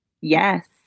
Yes